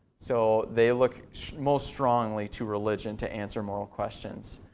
so, they look most strongly to religion to answer moral questions.